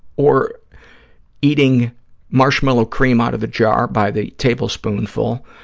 or eating marshmallow creme out of a jar by the tablespoonful,